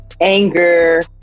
anger